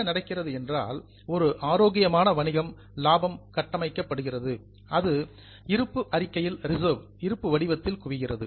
என்ன நடக்கிறது என்றால் ஒரு ஆரோக்கியமான வணிக லாபம் கட்டமைக்கப்படுகின்றது அது இருப்பு அறிக்கையில் ரிசர்வ் இருப்பு வடிவத்தில் குவிகிறது